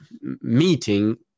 meeting